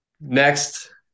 next